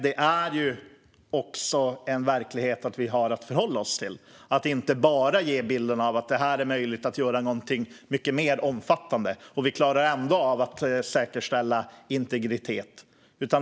Det är också en verklighet vi har att förhålla oss till. Det gäller att inte bara ge bilden av att det är möjligt att göra någonting mycket mer omfattande och att vi ändå klarar av att säkerställa integritet.